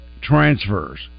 transfers